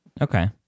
Okay